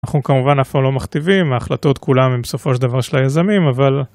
אנחנו כמובן אף פעם לא מכתיבים, ההחלטות כולן הם בסופו של דבר של היזמים, אבל...